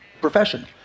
profession